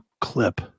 clip